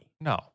no